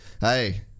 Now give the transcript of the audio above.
Hey